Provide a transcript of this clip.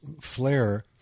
flare